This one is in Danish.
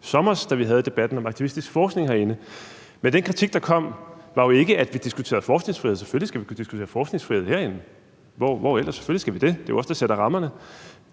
sommer, da vi havde debatten om aktivistisk forskning herinde. Men den kritik, der kom, var jo ikke, at vi diskuterede forskningsfrihed. Selvfølgelig skal vi kunne diskutere forskningsfrihed herinde, hvor ellers? Selvfølgelig skal vi det. Det er jo os, der sætter rammerne.